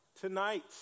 tonight